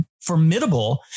formidable